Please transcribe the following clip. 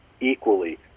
equally